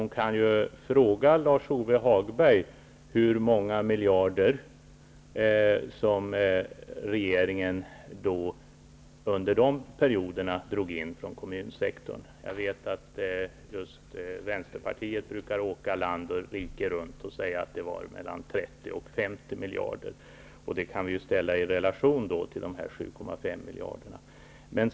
Hon kan ju fråga Lars-Ove Hagberg hur många miljarder som regeringen under de perioderna drog in från kommunsektorn. Jag vet att just Vänsterpartiet brukar åka land och rike runt och säga att det var mellan 30 och 50 miljarder. Det kan då ställas i relation till de 7,5 miljarderna.